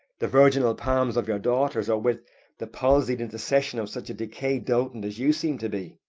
the virginal palms of your daughters, or with the palsied intercession of such a decayed dotant as you seem to be?